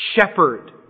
shepherd